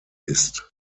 ist